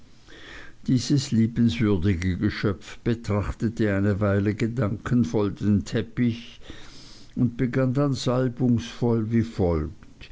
dieses liebenswürdige geschöpf betrachtete eine weile gedankenvoll den teppich und begann dann salbungsvoll wie folgt